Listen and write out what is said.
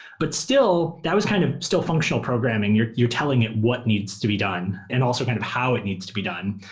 but still, that was kind of still functional programming. you're you're telling it what needs to be done and also kind of how it needs to be done.